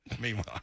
Meanwhile